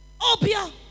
Obia